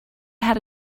had